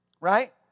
Right